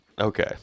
Okay